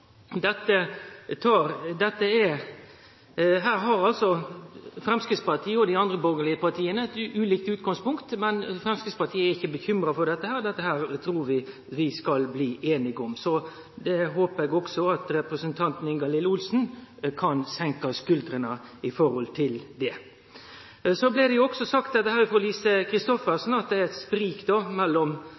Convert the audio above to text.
Her har Framstegspartiet og dei andre borgarlege partia eit ulikt utgangspunkt, men Framstegspartiet er ikkje bekymra for det, for dette trur vi at vi skal bli einige om. Så eg håpar at også representanten Ingalill Olsen kan senke skuldrene når det gjeld dette. Så blei det også sagt av Lise Christoffersen at det er eit sprik mellom